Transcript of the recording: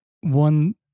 one